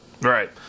right